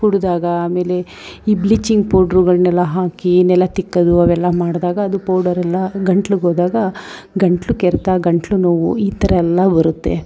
ಕುಡಿದಾಗ ಆಮೇಲೆ ಈ ಬ್ಲಿಚಿಂಗ್ ಪೌಡ್ರುಗಳನ್ನೆಲ್ಲ ಹಾಕಿ ನೆಲ ತಿಕ್ಕೋದು ಅವೆಲ್ಲ ಮಾಡಿದಾಗ ಅದು ಪೌಡರೆಲ್ಲ ಗಂಟಲಿಗೋದಾಗ ಗಂಟಲು ಕೆರೆತ ಗಂಟಲು ನೋವು ಈ ಥರಯೆಲ್ಲ ಬರುತ್ತೆ